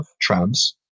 trams